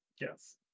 Yes